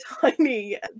tiny